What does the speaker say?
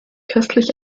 köstlich